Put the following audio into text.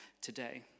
today